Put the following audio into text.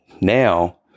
now